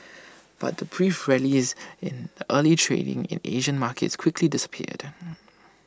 but the brief rallies in early trading in Asian markets quickly disappeared